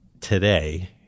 today